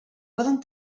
poden